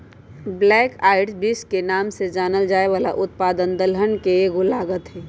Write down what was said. black eyed beans के नाम से जानल जाये वाला उत्पाद दलहन के एगो लागत हई